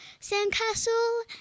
sandcastle